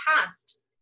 past